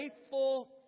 Faithful